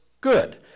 good